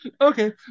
okay